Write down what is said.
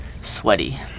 sweaty